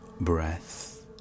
breath